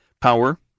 power